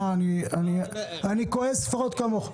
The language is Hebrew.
אני כועס לפחות כמוך.